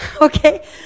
Okay